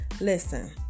Listen